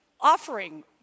offering